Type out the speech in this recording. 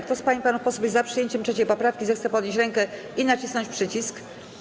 Kto z pań i panów posłów jest za przyjęciem 3. poprawki, zechce podnieść rękę i nacisnąć przycisk.